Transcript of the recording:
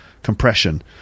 compression